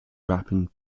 wrapping